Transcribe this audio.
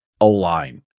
O-line